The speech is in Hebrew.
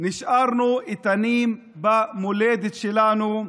נשארנו איתנים במולדת שלנו,